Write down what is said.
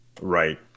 Right